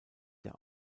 der